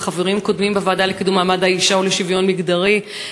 של חברים קודמים בוועדה לקידום מעמד האישה ולשוויון מגדרי,